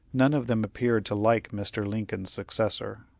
none of them appeared to like mr. lincoln's successor.